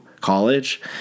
College